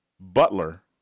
Butler